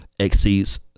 exceeds